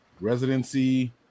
Residency